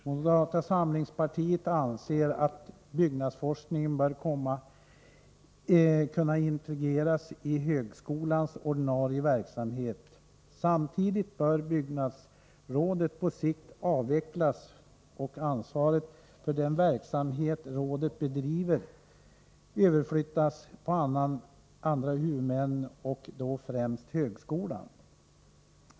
Moderata samlingspartiet anser att byggnadsforskningen bör kunna integreras i högskolans ordinarie verksamhet. Samtidigt bör byggforskningsrådet på sikt avvecklas, och ansvaret för den verksamhet rådet bedriver bör överflyttas på andra huvudmän och då främst högskolan.